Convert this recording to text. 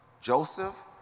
Joseph